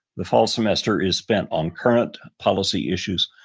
the fall semester is spent on current policy issues,